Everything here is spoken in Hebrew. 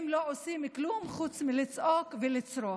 הם לא עושים כלום חוץ מלצעוק ולצרוח.